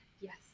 Yes